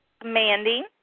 Commanding